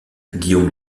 guillaume